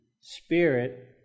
spirit